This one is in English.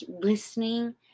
listening